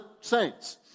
saints